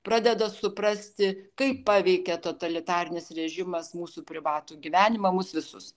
pradeda suprasti kaip paveikė totalitarinis režimas mūsų privatų gyvenimą mus visus